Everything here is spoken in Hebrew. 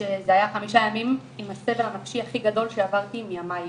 שזה היה חמישה ימים עם הסבל הנפשי הכי גדול שעברתי מימיי.